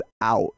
out